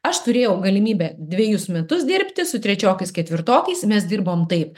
aš turėjau galimybę dvejus metus dirbti su trečiokais ketvirtokais mes dirbom taip